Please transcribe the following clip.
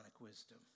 wisdom